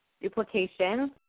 duplication